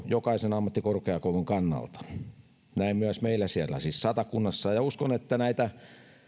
jokaisen ammattikorkeakoulun kannalta näin siis myös meillä satakunnassa ja ja uskon että näitä